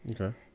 Okay